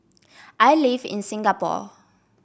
I live in Singapore